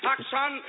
Action